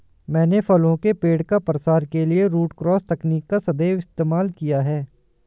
मैंने फलों के पेड़ का प्रसार के लिए रूट क्रॉस तकनीक का सदैव इस्तेमाल किया है